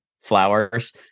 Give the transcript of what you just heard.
flowers